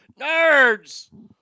Nerds